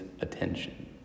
attention